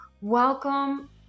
Welcome